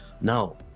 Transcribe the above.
no